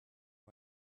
way